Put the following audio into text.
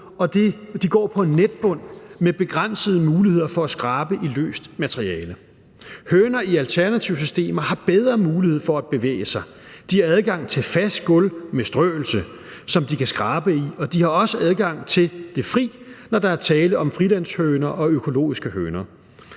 de går på en netbund med begrænsede muligheder for at skrabe i løst materiale. Høner i alternative systemer har bedre mulighed for at bevæge sig. De har adgang til et fast gulv med strøelse, som de kan skrabe i, og de har også adgang til det fri, når der er tale om frilandshøner og økologiske høner.